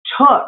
took